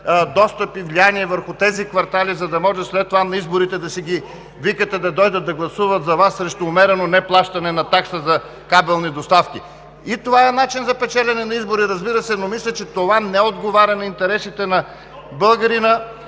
достъп и влияние върху тези квартали, за да може след това на изборите да си ги викате да дойдат да гласуват за Вас срещу умерено неплащане на такса за кабелни доставки. И това е начин за печелене на избори, разбира се, но мисля, че това не отговаря на интересите на българина,